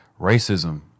Racism